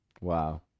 wow